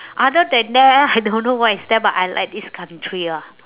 other than that I don't know what is there but I like this country ah